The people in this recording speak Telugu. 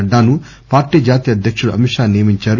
నడ్డాను పార్టీ జాతీయ అధ్యకుడు అమిత్షా నియమించారు